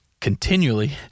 continually